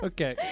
Okay